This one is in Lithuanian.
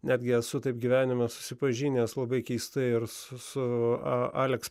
netgi esu taip gyvenime susipažinęs labai keista ir su aleks